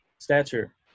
stature